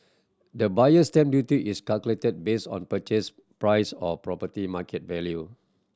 the Buyer's Stamp Duty is calculated based on purchase price or property market value